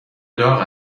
داغ